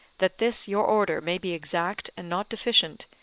that this your order may be exact and not deficient,